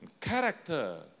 Character